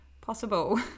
Possible